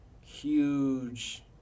huge